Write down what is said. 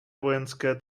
vojenské